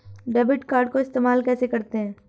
Debit card को इस्तेमाल कैसे करते हैं?